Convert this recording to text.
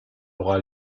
aura